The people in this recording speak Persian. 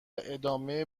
ادامه